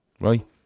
Right